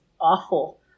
awful